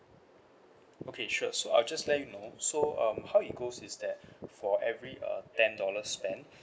okay sure so I'll just let you know so um how it goes is that for every uh ten dollar spent